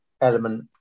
element